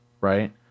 right